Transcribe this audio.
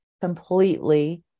completely